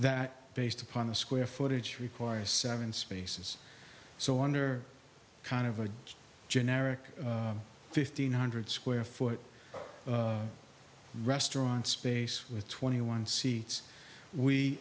that based upon the square footage requires seven spaces so under kind of a generic fifteen hundred square foot restaurant space with twenty one seats we